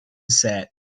set